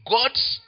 God's